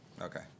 Okay